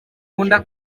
ukunda